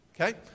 Okay